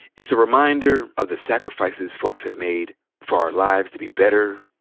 it's a reminder of the sacrifices folks have made for our lives to be better,